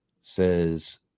says